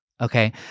Okay